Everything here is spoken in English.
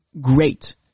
great